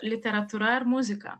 literatūra ar muzika